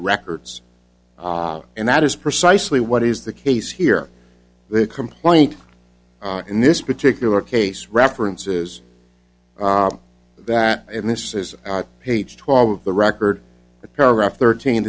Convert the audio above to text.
records and that is precisely what is the case here the complaint in this particular case reference is that and this is page twelve of the record a paragraph thirteen